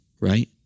right